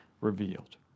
revealed